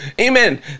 Amen